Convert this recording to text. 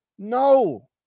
No